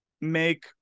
Make